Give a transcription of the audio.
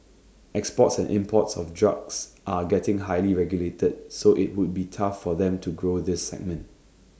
exports and imports of drugs are getting highly regulated so IT would be tough for them to grow this segment